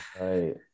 Right